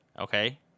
Okay